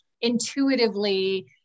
intuitively